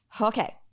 Okay